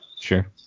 Sure